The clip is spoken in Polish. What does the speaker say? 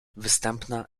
występna